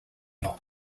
not